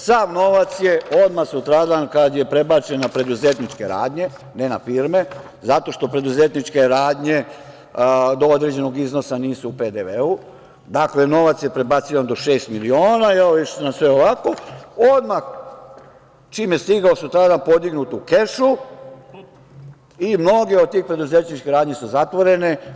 Sav novac je odmah sutradan prebačen na preduzetničke radnje, ne na firme, zato što preduzetničke radnje do određenog iznosa nisu u PDV-u, dakle, novac je prebacivan do šest miliona, evo išli su sve ovako, odmah čim je stigao sutradan podignut je u kešu i mnoge od tih preduzetničkih radnji su zatvorene.